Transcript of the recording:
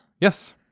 Yes